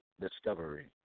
discovery